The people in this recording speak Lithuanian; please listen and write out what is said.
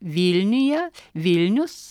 vilniuje vilnius